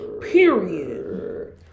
period